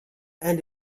and